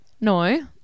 No